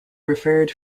referred